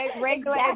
regular